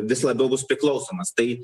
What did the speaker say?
vis labiau bus priklausomas tai